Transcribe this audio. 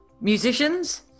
Musicians